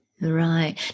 Right